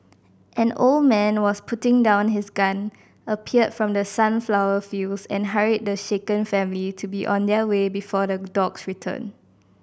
an old man was putting down his gun appeared from the sunflower fields and hurried the shaken family to be on their way before the dogs return